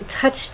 touched